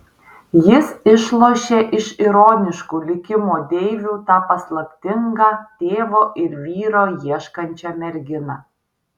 jis išlošė iš ironiškų likimo deivių tą paslaptingą tėvo ir vyro ieškančią merginą